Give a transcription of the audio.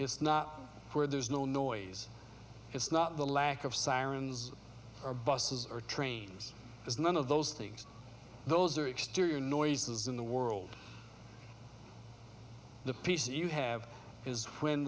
it's not where there's no noise it's not the lack of sirens or buses or trains it's none of those things those are exterior noises in the world the peace you have is